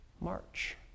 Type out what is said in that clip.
march